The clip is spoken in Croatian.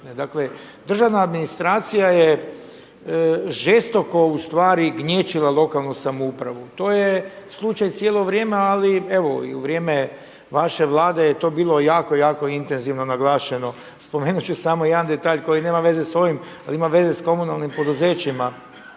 Dakle, državna administracija je žestoko ustvari gnječila lokalnu samoupravu. To je slučaj cijelo vrijeme, ali evo i u vrijeme vaše Vlade je to bilo jako, jako intenzivno naglašeno. Spomenut ću samo jedan detalj koji nema veze sa ovim ali ima veze sa komunalnim poduzećima.